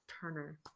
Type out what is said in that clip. Turner